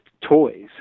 toys